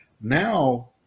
Now